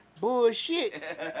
Bullshit